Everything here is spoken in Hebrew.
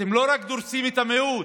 אתם לא רק דורסים את המיעוט,